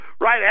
Right